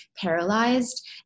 paralyzed